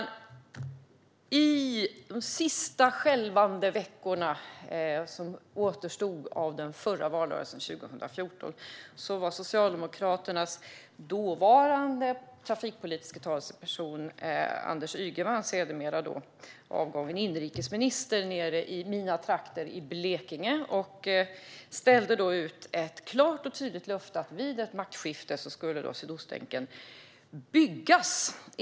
Under de sista skälvande veckorna av den förra valrörelsen, 2014, var Socialdemokraternas dåvarande trafikpolitiska talesperson Anders Ygeman - sedermera avgången inrikesminister - nere i mina trakter i Blekinge. Han ställde då ut ett klart och tydligt löfte om att Sydostlänken skulle byggas vid ett maktskifte.